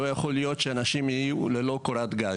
לא יכול להיות שאנשים יהיו ללא קורת גג.